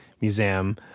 Museum